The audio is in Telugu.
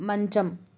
మంచం